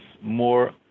more